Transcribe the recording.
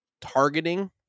targeting